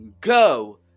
Go